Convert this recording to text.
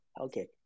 Okay